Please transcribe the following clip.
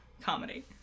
comedy